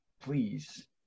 please